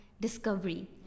discovery